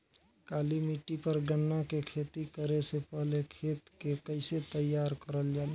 काली मिट्टी पर गन्ना के खेती करे से पहले खेत के कइसे तैयार करल जाला?